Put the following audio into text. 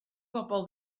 bobol